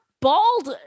bald